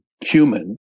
human